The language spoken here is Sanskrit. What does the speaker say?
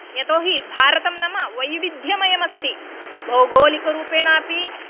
यतो हि भारतं नाम वैविध्यमयमस्ति भौगोलिकरूपेणापि